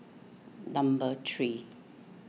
number three